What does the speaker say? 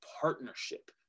partnership